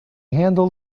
handle